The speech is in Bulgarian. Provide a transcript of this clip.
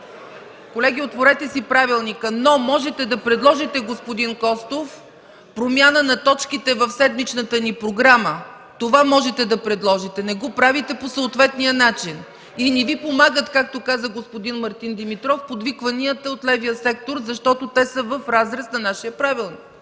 Колеги, отворете си правилника, но можете да предложите, господин Костов, промяна на точките в седмичната ни програма. Това можете да предложите. Не го правите по съответния начин и не Ви помагат, както каза господин Мартин Димитров, подвикванията от левия сектор, защото те са в разрез на нашия правилник.